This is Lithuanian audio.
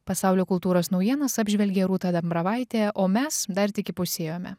pasaulio kultūros naujienas apžvelgia rūta dambravaitė o mes dar tik įpusėjome